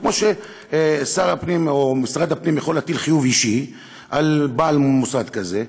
כמו ששר הפנים או משרד הפנים יכול להטיל חיוב אישי על בעל מוסד כזה,